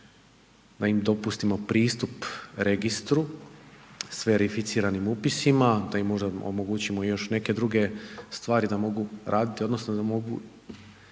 pa im dopustimo pristup registru, s verificiranim upisima, da im možda omogućimo još neke druge stvari da mogu raditi odnosno da mogu